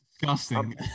Disgusting